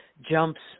jumps